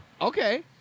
Okay